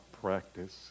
practice